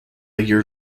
year